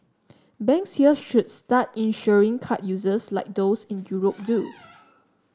banks here should start insuring card users like those in Europe do